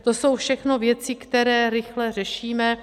To jsou všechno věci, které rychle řešíme.